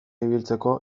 ibiltzeko